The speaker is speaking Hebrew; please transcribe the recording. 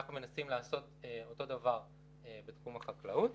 אנחנו מנסים לעשות אותו הדבר בתחום החקלאות.